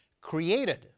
created